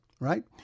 right